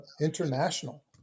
international